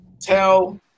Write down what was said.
tell